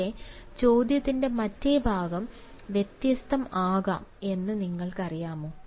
പക്ഷേ ചോദ്യത്തിൻറെ മറ്റേ ഭാഗം വ്യത്യസ്തം ആകാംഎന്ന് നിങ്ങൾക്കറിയാമോ